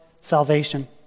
salvation